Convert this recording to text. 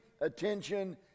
attention